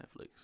Netflix